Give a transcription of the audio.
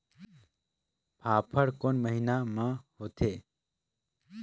फाफण कोन महीना म होथे?